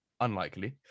unlikely